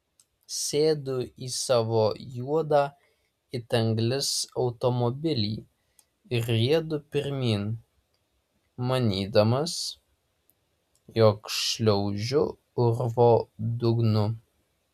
sėdu į savo juodą it anglis automobilį ir riedu pirmyn manydamas jog šliaužiu urvo dugnu